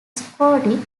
scotty